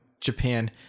Japan